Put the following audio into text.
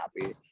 happy